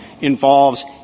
involves